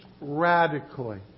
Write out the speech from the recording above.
radically